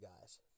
guys